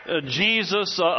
Jesus